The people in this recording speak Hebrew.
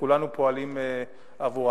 שכולנו פועלים עבורם.